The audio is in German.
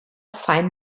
fein